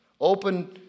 Open